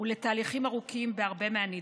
ולתהליכים ארוכים בהרבה מהנדרש.